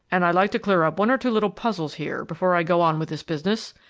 and i'd like to clear up one or two little puzzles here before i go on with this business.